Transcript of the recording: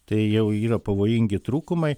tai jau yra pavojingi trūkumai